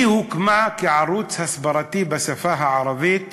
היא הוקמה כערוץ הסברתי בשפה הערבית